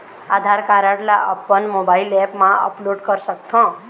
आधार card ला अपन mobile app मा अपलोड कर सकथों?